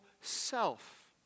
self